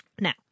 Now